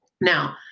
Now